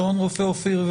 שרון רופא אופיר,